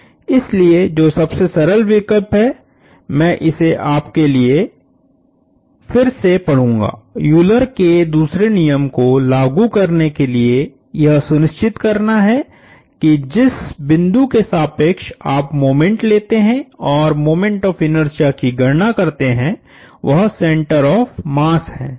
इसलिए जो सबसे सरल विकल्प है मैं इसे आपके लिए इसे फिर से पढ़ूंगा यूलर के दूसरे नियम को लागू करने के लिए यह सुनिश्चित करना है कि जिस बिंदु के सापेक्ष आप मोमेंट लेते हैं और मोमेंट ऑफ़ इनर्शिया की गणना करते हैं वह सेण्टर ऑफ़ मास है